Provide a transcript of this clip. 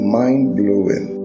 mind-blowing